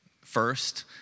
first